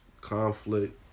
conflict